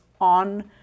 on